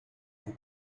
por